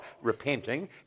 Repenting